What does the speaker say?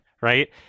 right